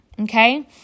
Okay